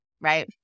right